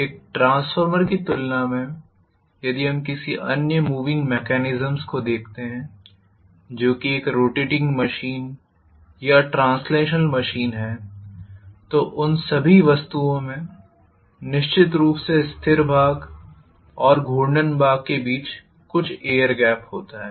एक ट्रांसफार्मर की तुलना में यदि हम किसी अन्य मूविंग मेकेनीस्म को देखते हैं जो कि एक रोटेटिंग मशीन या ट्रांसलेशनल मशीन है तो उन सभी वस्तुओं में निश्चित रूप से स्थिर भाग और घूर्णन भाग के बीच कुछ एयर गेप होता है